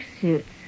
suits